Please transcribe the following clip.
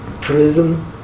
prison